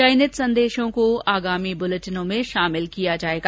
चयनित संदेशों को आगामी बुलेटिनों में शामिल किया जाएगा